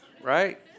Right